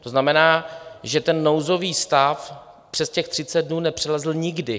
To znamená, že ten nouzový stav přes těch 30 dnů nepřelezl nikdy.